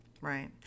Right